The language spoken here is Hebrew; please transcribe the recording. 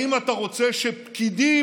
האם אתה רוצה שפקידים,